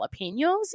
jalapenos